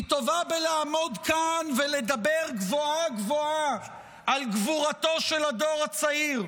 היא טובה בלעמוד כאן ולדבר גבוהה-גבוהה על גבורתו של הדור הצעיר,